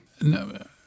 No